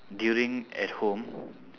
during at home